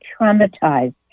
traumatized